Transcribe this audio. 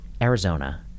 Arizona